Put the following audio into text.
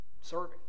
serving